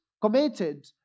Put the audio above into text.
committed